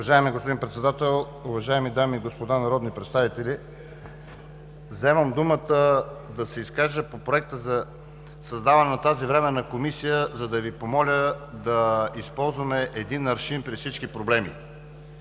Уважаеми господин Председател, уважаеми дами и господа народни представители! Вземам думата да се изкажа по Проекта за създаване на тази Временна комисия, за да Ви помоля да използваме един аршин при всички проблеми.